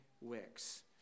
wicks